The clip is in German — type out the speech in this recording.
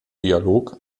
dialog